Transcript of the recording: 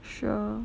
sure